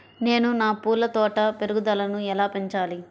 నేను నా పూల తోట పెరుగుదలను ఎలా పెంచాలి?